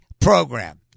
program